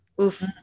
Oof